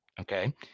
Okay